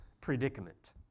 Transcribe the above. predicament